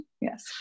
Yes